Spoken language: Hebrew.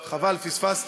חבל, פספסת.